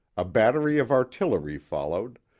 a battery of artillery followed,